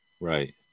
Right